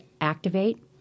activate